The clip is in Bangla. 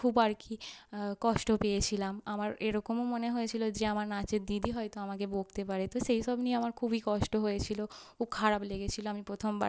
খুব আর কি কষ্ট পেয়েছিলাম আমার এরকমও মনে হয়েছিল যে আমার নাচের দিদি হয়তো আমাকে বকতে পারে তো সেইসব নিয়ে আমার খুবই কষ্ট হয়েছিল খুব খারাপ লেগেছিল আমি প্রথমবার